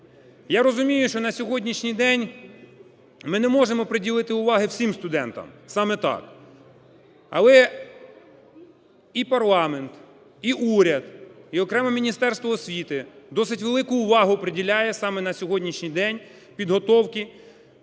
Я розумію, що на сьогоднішній день ми не можемо приділити уваги всім студентам, саме так. Але і парламент, і уряд, і окремо Міністерство освіти досить велику увагу приділяє саме на сьогоднішній день підготовки